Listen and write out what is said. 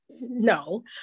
no